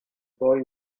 boy